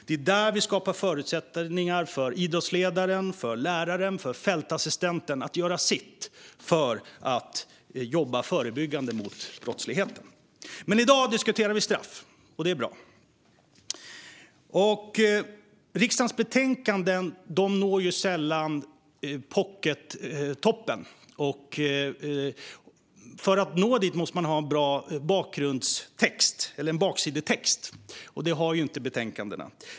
Det är där vi skapar förutsättningar för idrottsledaren, läraren och fältassistenten att göra sitt för att jobba förebyggande mot brottsligheten. Men i dag diskuterar vi straff, och det är bra. Riksdagens betänkanden når sällan pockettoppen. För att nå dit måste man ha en bra baksidestext, och det har ju inte betänkandena.